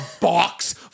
box